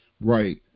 Right